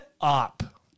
up